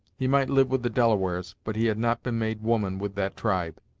he might live with the delawares, but he had not been made woman with that tribe.